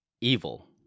evil